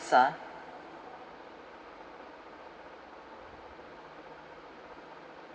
ah